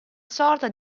sorta